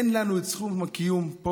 אין לנו זכות קיום פה,